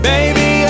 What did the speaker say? Baby